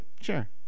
Sure